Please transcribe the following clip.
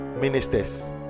ministers